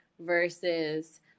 versus